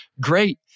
great